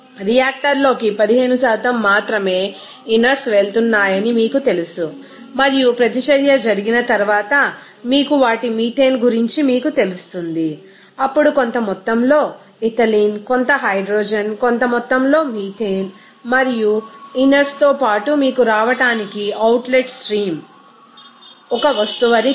రియాక్టర్లోకి 15 మాత్రమే ఇనర్ట్స్ వెళుతున్నాయని మీకు తెలుసు మరియు ప్రతిచర్య జరిగిన తర్వాత మీకు వాటి మీథేన్ గురించి మీకు తెలుస్తుంది అప్పుడు కొంత మొత్తంలో ఇథిలీన్ కొంత హైడ్రోజన్ కొంత మొత్తంలో మీథేన్ మరియు ఇనర్ట్స్ తో పాటు మీకు రావడానికి అవుట్లెట్ స్ట్రీమ్ ఒక వస్తువని తెలుసు